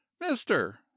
Mister